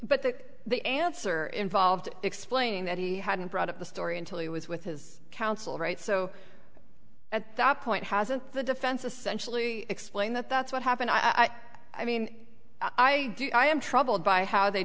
but that the answer involved explaining that he hadn't brought up the story until he was with his counsel right so at that point hasn't the defense essentially explained that that's what happened i mean i am troubled by how they